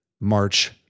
March